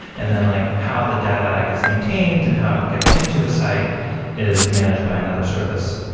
and then like how the data gets maintained and how it gets into the site is managed by another service.